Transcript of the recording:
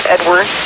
Edward